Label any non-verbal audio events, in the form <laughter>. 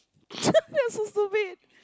<laughs> that's so stupid